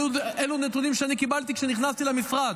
אלו נתונים שאני קיבלתי כאשר נכנסתי למשרד,